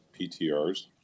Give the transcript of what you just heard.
PTRs